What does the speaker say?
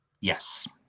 Yes